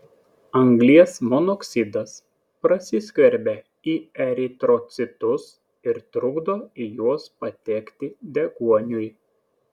anglies monoksidas prasiskverbia į eritrocitus ir trukdo į juos patekti deguoniui